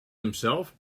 himself